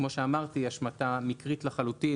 כמו שאמרתי, השמטה מקרית לחלוטין.